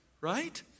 right